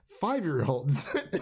five-year-olds